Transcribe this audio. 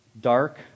dark